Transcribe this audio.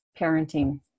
parenting